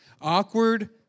Awkward